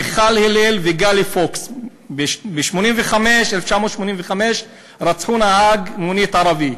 מיכל הלל וגל פוקס, ב-1985 רצחו נהג מונית ערבי,